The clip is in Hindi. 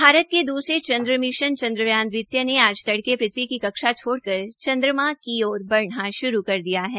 भारत के द्रसरे चन्द्र मिशन चन्द्रयान दवितीय ने आज तड़के पृथ्वी की कक्षा छोड़कर चन्द्रमा की ओर बढ़ना श्रू कर दिया है